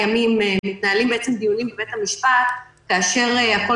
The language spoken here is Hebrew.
מתנהלים דיונים בבית המשפט היום לעצורי הימים כאשר הכול